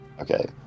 Okay